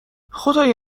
خدای